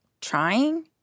trying